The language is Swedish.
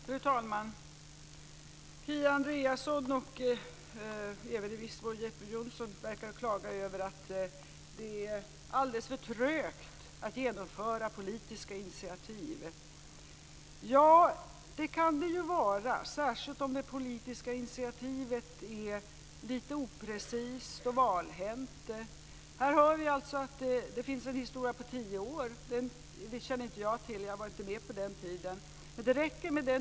Fru talman! Kia Andreasson och även i viss mån Jeppe Johnsson klagar över att det går alldeles för trögt att genomföra politiska initiativ. Ja, det kan det vara, särskilt om det politiska initiativet är litet oprecist och valhänt. Vi har nu fått höra att det här finns en historia som går tio år tillbaka i tiden - det känner inte jag till, eftersom jag inte var med då.